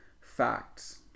facts